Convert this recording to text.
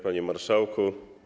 Panie Marszałku!